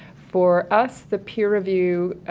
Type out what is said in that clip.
for us the peer review, ah,